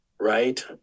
right